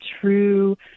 true